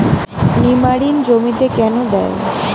নিমারিন জমিতে কেন দেয়?